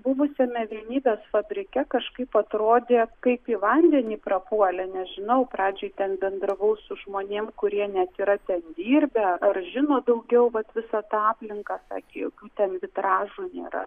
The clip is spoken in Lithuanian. buvusiame vienybės fabrike kažkaip atrodė kaip į vandenį prapuolė nežinau pradžiai ten bendravau su žmonėm kurie net yra ten dirbę ar žino daugiau vat visą tą aplinką sakė jokių ten vitražų nėra